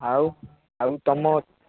ଆଉ ଆଉ ତମ